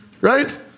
right